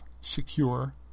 secure